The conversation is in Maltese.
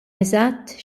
eżatt